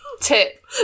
tip